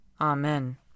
Amen